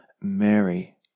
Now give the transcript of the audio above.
Mary